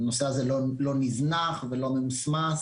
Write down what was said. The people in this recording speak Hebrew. הנושא הזה לא נזנח ולא ממוסמס.